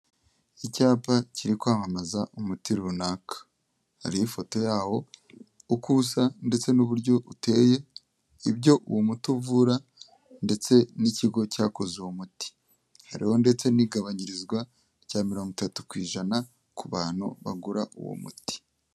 Icyapa kiri kwamamaza umuti runaka, hariho ifoto yawo uko usa ndetse n'uburyo uteye, ibyo uwo muti uvura ndetse n'ikigo cyakoze uwo muti, hariho ndetse n'igabanyirizwa rya mirongo itatu kw'ijana ku bantu bagura uwo muti.